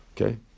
Okay